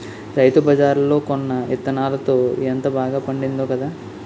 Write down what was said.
రైతుబజార్లో కొన్న యిత్తనాలతో ఎంత బాగా పండిందో కదా అత్తా?